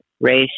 race